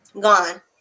gone